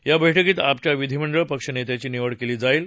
या बैठकीत आपच्या विधीमंडळ पक्षनेत्याची निवड केली जाईल